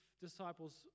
disciples